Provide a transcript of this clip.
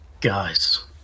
Guys